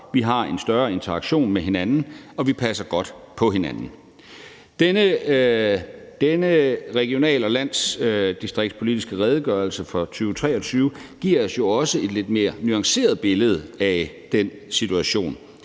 vi har en større interaktion med hinanden, og vi passer godt på hinanden. Denne regional- og landdistriktspolitiske redegørelse for 2023 giver os jo også et lidt mere nuanceret billede af den situation.